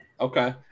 Okay